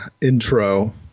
intro